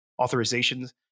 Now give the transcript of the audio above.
authorizations